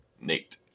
Nate